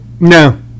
No